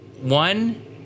one